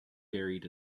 buried